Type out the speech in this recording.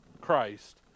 Christ